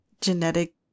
genetic